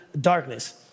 darkness